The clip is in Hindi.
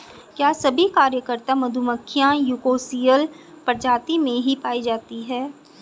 क्या सभी कार्यकर्ता मधुमक्खियां यूकोसियल प्रजाति में ही पाई जाती हैं?